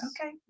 Okay